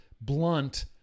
blunt